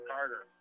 Carter